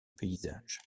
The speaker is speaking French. paysage